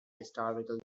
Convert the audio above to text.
historical